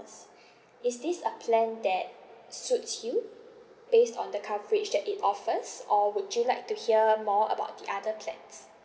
is this a plan that suits you based on the coverage that it offers or would you like to hear more about the other plans